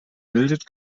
bildet